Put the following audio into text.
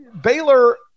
Baylor